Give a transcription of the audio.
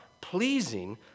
pleasing